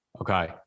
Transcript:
Okay